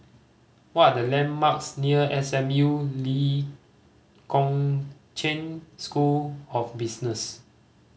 what are the landmarks near S M U Lee Kong Chian School of Business